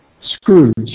Scrooge